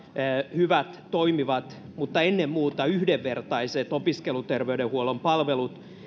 hyvät ja toimivat mutta ennen muuta yhdenvertaiset opiskeluterveydenhuollon palvelut